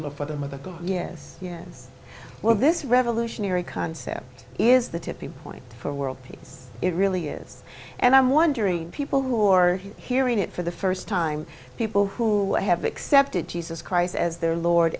god yes yes well this revolutionary concept is the tipping point for world peace it really is and i'm wondering people who are hearing it for the first time people who have accepted jesus christ as their lord